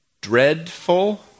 dreadful